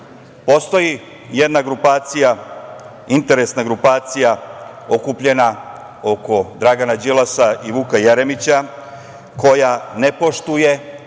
postoji jedna grupacija, interesna grupacija okupljena oko Dragana Đilasa i Vuka Jeremića koja ne poštuje,